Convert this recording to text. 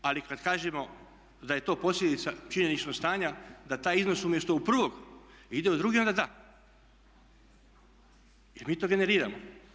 Ali kad kažemo da je to posljedica činjeničnog stanja da taj iznos umjesto u prvog ide u drugi onda da, jer mi to generiramo.